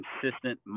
consistent